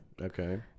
Okay